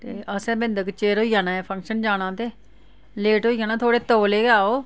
ते असें बिंद क चिर होई जाना ऐ फंक्शन जाना ऐ ते लेट होई जाना थोह्ड़े तौले गै आओ